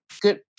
good